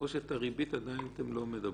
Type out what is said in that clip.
או שעל הריבית עדיין אתם לא מדברים?